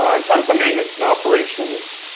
um in terms of maintenance and operations,